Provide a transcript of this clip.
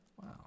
Wow